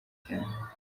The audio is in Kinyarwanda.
cyane